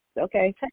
okay